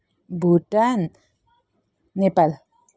Bhutan Nepal